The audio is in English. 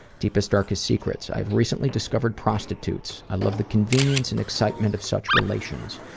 deepest darkest secrets? i've recently discovered prostitutes. i love the convenience and excitement of such relations.